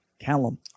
Callum